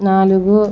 నాలుగు